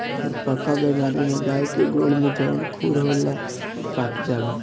खुरपका बेमारी में गाय के गोड़ में जवन खुर होला उ पाक जाला